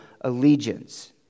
allegiance